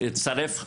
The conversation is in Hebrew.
אצטרף לחברתי,